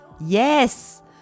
Yes